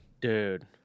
Dude